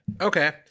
Okay